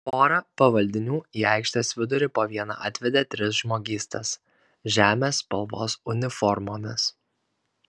pora pavaldinių į aikštės vidurį po vieną atvedė tris žmogystas žemės spalvos uniformomis